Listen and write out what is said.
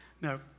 No